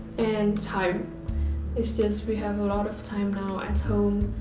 and time it's just we have a lot of time now at home.